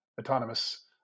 autonomous